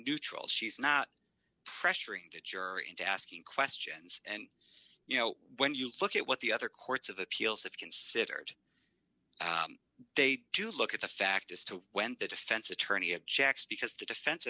neutral she's not pressuring the juror into asking questions and you know when you look at what the other courts of appeals have considered they do look at the fact as to when the defense attorney objects because the defen